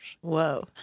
Whoa